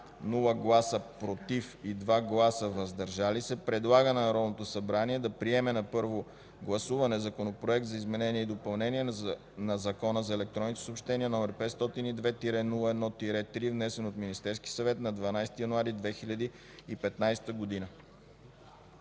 без „против” и 2 гласа „въздържал се”, предлага на Народното събрание да приеме на първо гласуване Законопроект за изменение и допълнение на Закона за електронните съобщения, № 502-01-3, внесен от Министерски съвет на 12 януари 2015 г.”